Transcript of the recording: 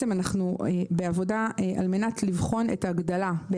אנחנו בעבודה על מנת לבחון את הגידול בתשלום